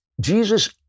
Jesus